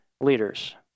leaders